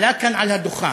עלה כאן על הדוכן,